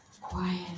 quiet